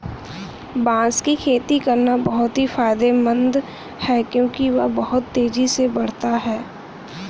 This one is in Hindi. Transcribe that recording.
बांस की खेती करना बहुत ही फायदेमंद है क्योंकि यह बहुत तेजी से बढ़ता है